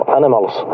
animals